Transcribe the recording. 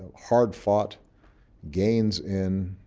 hard-fought gains in